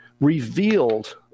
revealed